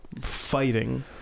fighting